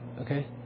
Okay